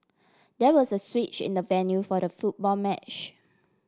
there was a switch in the venue for the football match